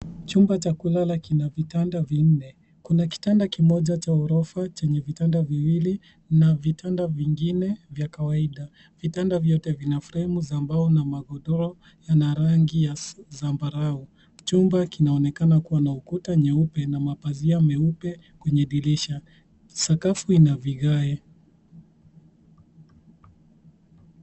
Chumba cha kulala kina vitanda vinne, kuna kitanda kimoja cha ghorofa chenye vitanda viwili na vitanda vingine vya kawaida. Vitanda vyote vina fremu za mbao na magodoro yana rangi ya zambarau. Chumba kinaonekana kuwa na ukuta nyeupe na mapazia meupe kwenye dirisha. Sakafu ina vigae.